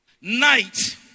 night